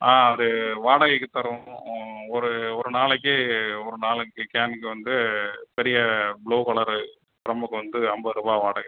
ஆ அது வாடகைக்கு தரோம் ஒரு ஒரு நாளைக்கு ஒரு நாலஞ்சு கேன்க்கு வந்து பெரிய ப்ளூ கலரு ட்ரம்முக்கு வந்து ஐம்பது ருபாய் வாடகை